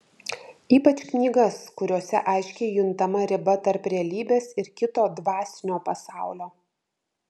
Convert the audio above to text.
ypač knygas kuriose aiškiai juntama riba tarp realybės ir kito dvasinio pasaulio